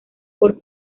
por